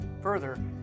Further